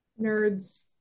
Nerds